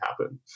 happen